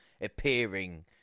appearing